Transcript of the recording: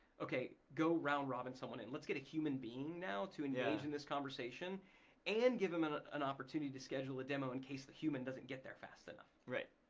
okay, go round robin someone and let's get a human being now to engage in this conversation and give them an ah an opportunity to schedule a demo in case the human doesn't get there fast enough. right.